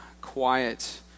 quiet